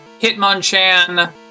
Hitmonchan